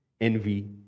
envy